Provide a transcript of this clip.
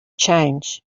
change